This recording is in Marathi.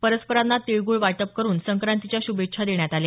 परस्परांना तीळगुळ वाटून संक्रांतीच्या शुभेच्छा देण्यात आल्या